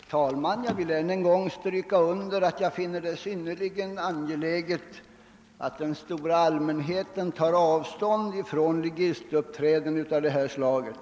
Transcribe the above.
Herr talman! Jag vill ännu en gång stryka under att jag finner det synnerligen angeläget att den stora allmänheten tar avstånd från ligistuppträden av det här slaget.